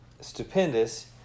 stupendous